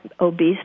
obese